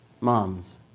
Moms